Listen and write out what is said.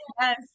Yes